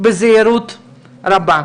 בזהירות רבה.